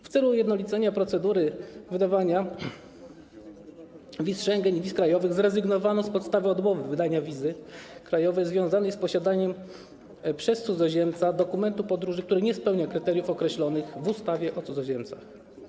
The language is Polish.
W celu ujednolicenia procedury wydawania wiz Schengen i wiz krajowych zrezygnowano z podstawy odmowy wydania wizy krajowej związanej z posiadaniem przez cudzoziemca dokumentu podróży, który nie spełnia kryteriów określonych w ustawie o cudzoziemcach.